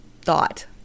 thought